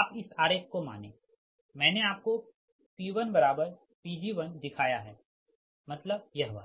आप इस आरेख को मानें मैंने आपको P1Pg1 दिखाया है मतलब यह वाला